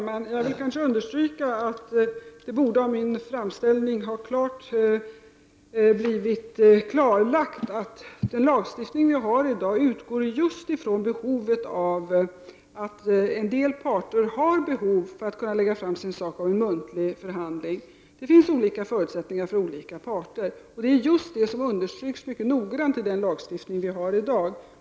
Herr talman! Jag vill understryka att det av min framställning borde klart framgå att den lagstiftning vi har i dag utgår just från att en del parter har behov av att kunna lägga fram sin sak vid en muntlig förhandling. Det finns olika förutsättningar för olika parter. Det är just det som understryks mycket noggrant i den lagstiftning vi har i dag.